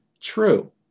true